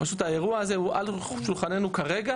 פשוט האירוע הזה הוא על שולחננו כרגע,